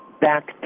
back